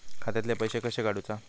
खात्यातले पैसे कशे काडूचा?